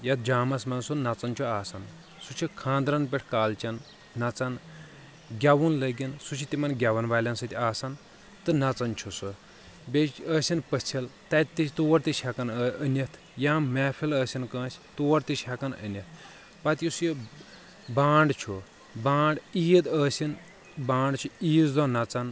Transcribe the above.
یتھ جامس منٛز سُہ نژان چھُ آسان سُہ چھُ خاندرن پٮ۪ٹھ کالچن نژان گٮ۪وُن لٔگِن سُہ چھِ تِمن گٮ۪ون والٮ۪ن سۭتۍ آسان تہٕ نژان چھ سُہ بییٚہِ آسِن پٔژھلۍ تتہِ تہِ تور تہِ چھِ ہیٚکان أنِتھ یا محفل أسِن کٲنٛسہ تور تہِ چھِ ہیٚکان أنِتھ پتہٕ یُس یہِ بانٛڈ چھُ بانٛڈ عید ٲسِن بانٛڈ چھُ عیز دۄہ نژان